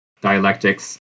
dialectics